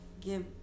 give